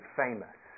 famous